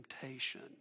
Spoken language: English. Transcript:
temptation